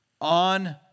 on